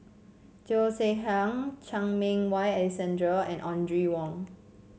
Cheo Chai Hiang Chan Meng Wah Alexander and Audrey Wong